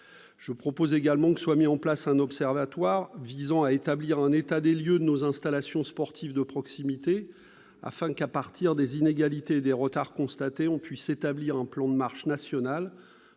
Je propose également que soit mis en place un observatoire visant à établir un état des lieux de nos installations sportives de proximité, afin que, à partir des inégalités et des retards constatés, on puisse établir un plan de marche national